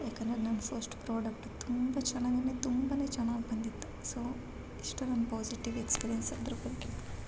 ಯಾಕಂದರೆ ಅದು ನನ್ನ ಫಸ್ಟ್ ಪ್ರಾಡಕ್ಟ್ ತುಂಬ ಚೆನ್ನಾಗಿ ಅಂದರೆ ತುಂಬ ಚೆನ್ನಾಗಿ ಬಂದಿತ್ತು ಸೊ ಇಷ್ಟು ನನ್ನ ಪಾಝಿಟಿವ್ ಎಕ್ಸ್ಪೀರಿಯನ್ಸು ಅದರ ಬಗ್ಗೆ